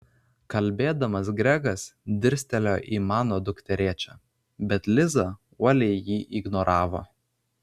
kalbėdamas gregas dirstelėjo į mano dukterėčią bet liza uoliai jį ignoravo